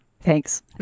Thanks